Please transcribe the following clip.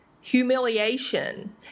humiliation